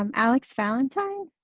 um alex valentine,